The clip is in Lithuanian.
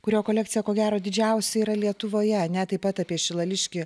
kurio kolekcija ko gero didžiausia yra lietuvoje ne taip pat apie šilališkį